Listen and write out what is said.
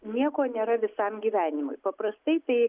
nieko nėra visam gyvenimui paprastai tai